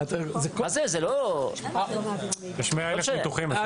יש 100,000 ניתוחים.